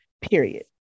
Period